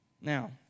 Now